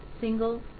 single